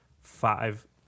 five